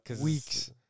weeks